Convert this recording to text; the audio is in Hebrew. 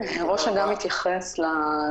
אבל שמעתם את פרופ' לוין.